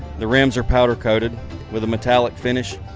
the rams are powder coated with a metallic finish,